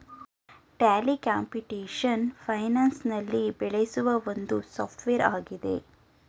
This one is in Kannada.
ಟ್ಯಾಲಿ ಕಂಪ್ಯೂಟೇಶನ್ ಫೈನಾನ್ಸ್ ನಲ್ಲಿ ಬೆಳೆಸುವ ಒಂದು ಸಾಫ್ಟ್ವೇರ್ ಆಗಿದೆ